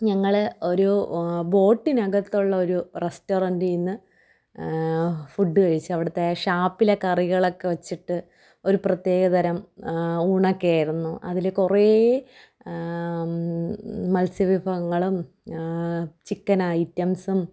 ഞങ്ങള് ഒരു ബോട്ടിനകത്തുള്ള ഒരു റെസ്റ്റോറൻറ്റില്നിന്ന് ഫുഡ് കഴിച്ച് അവിടത്തെ ഷാപ്പിലെ കറികളൊക്കെ വച്ചിട്ട് ഒരു പ്രത്യേകതരം ഊണൊക്കെ ആയിരുന്നു അതില് കുറേ മൽസ്യവിഭവങ്ങളും ചിക്കൻ ഐറ്റംസും